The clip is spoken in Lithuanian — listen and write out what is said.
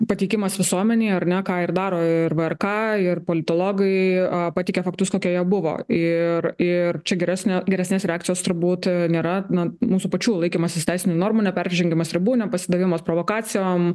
pateikimas visuomenei ar ne ką ir daro ir vrk ir politologai pateikia faktus kokie jie buvo ir ir čia geresnio geresnės reakcijos turbūt nėra na mūsų pačių laikymasis teisinių normų neperžengimas ribų nepasidavimas provokacijom